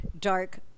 dark